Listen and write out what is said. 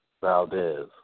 Valdez